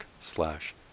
slash